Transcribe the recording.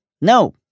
No